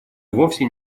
вовсе